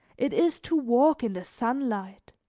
it is to walk in the sunlight,